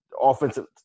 offensive